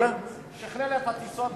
שכלל את הטיסה בכלל.